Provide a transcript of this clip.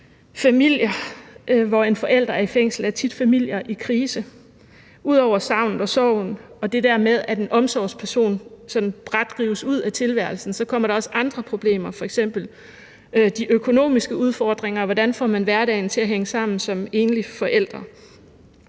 Familier, hvor en forælder er i fængsel, er tit familier i krise. Ud over savnet og sorgen og det der med, at en omsorgsperson sådan brat rives ud af tilværelsen, kommer der også andre problemer, f.eks. de økonomiske udfordringer. Hvordan får man hverdagen til at hænge sammen som enlig forælder?